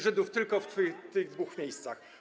Żydów tylko w tych dwóch miejscach.